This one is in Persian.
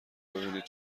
ببینید